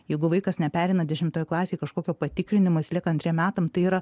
jeigu vaikas nepereina dešimtoj klasėj kažkokio patikrinimo lieka antriem metam tai yra